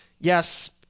Yes